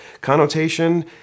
connotation